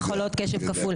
יכולות קשב כפול.